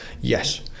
yes